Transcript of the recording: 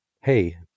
Hey